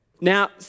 Now